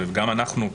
וגם אנחנו,